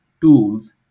tools